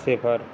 ਸਿਫਰ